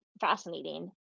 fascinating